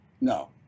No